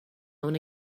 own